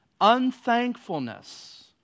Unthankfulness